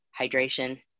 Hydration